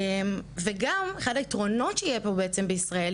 אחד היתרונות שיהיה פה בעצם בישראל,